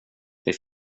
det